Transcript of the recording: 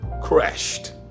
crashed